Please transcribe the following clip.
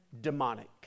demonic